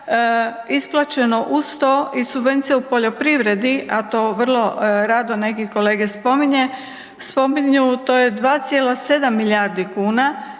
isplaćeno uz to i subvencija u poljoprivredi, a to vrlo rado neki kolege spominju, to je 2,7 milijardi kuna